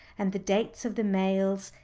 and the dates of the mails,